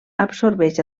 absorbeix